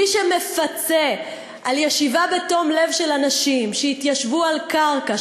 מי שמפצה על ישיבה בתום לב של אנשים שהתיישבו על קרקע,